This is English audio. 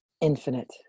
infinite